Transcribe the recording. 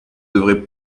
devrait